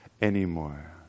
anymore